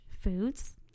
foods